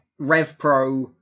RevPro